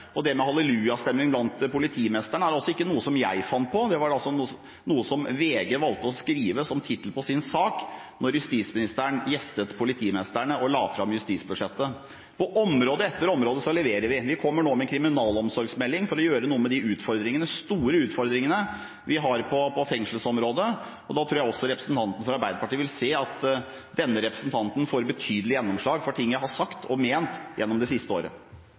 ikke noe som jeg fant på; det var noe VG valgte å skrive som undertittel på sin sak da justisministeren gjestet politimestrene og la fram justisbudsjettet. På område etter område leverer vi. Vi kommer nå med en kriminalomsorgsmelding for å gjøre noe med de store utfordringene vi har på fengselsområdet, og da tror jeg også representanten fra Arbeiderpartiet vil se at denne representanten får betydelig gjennomslag for ting som er sagt og ment gjennom det siste året.